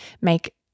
make